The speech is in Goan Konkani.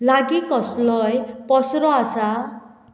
लागीं कसलोय पसरो आसा